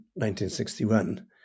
1961